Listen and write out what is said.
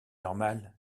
normal